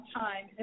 time